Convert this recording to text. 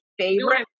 favorite